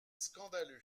scandaleux